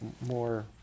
more